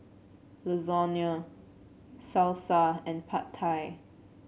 Lasagna Salsa and Pad Thai